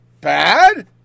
bad